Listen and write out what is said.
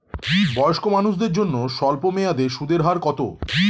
বয়স্ক মানুষদের জন্য স্বল্প মেয়াদে সুদের হার কত?